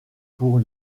pour